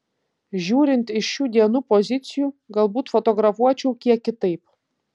žiūrint iš šių dienų pozicijų galbūt fotografuočiau kiek kitaip